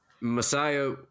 Messiah